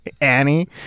Annie